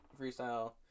Freestyle